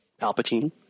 Palpatine